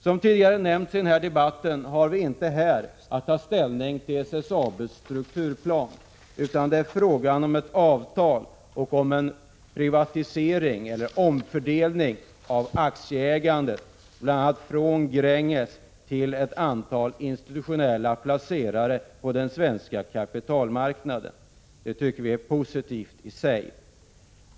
Som tidigare nämnts i den här debatten har vi inte här att ta ställning till SSAB:s strukturplan, utan det är fråga om ett avtal och om en privatisering eller omfördelning av aktieägandet, bl.a. från Gränges till ett antal institutionella placerare på den svenska kapitalmarknaden. Det tycker vi är positivt i sig.